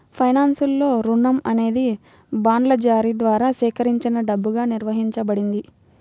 ఫైనాన్స్లో, రుణం అనేది బాండ్ల జారీ ద్వారా సేకరించిన డబ్బుగా నిర్వచించబడింది